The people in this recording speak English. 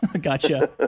gotcha